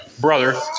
brother